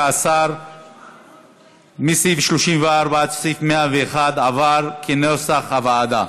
16. סעיף 34 עד סעיף 101 עברו כנוסח הוועדה,